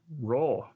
Raw